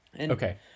Okay